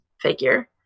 figure